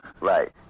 right